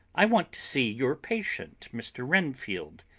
i want to see your patient, mr. renfield.